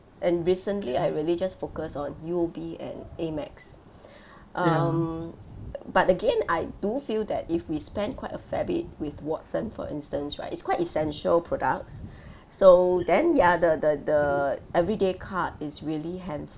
and recently I really just focus on U_O_B and Amex um but again I do feel that if we spend quite a fair bit with Watson for instance right it's quite essential products so then ya the the the everyday card is really hand~